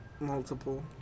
multiple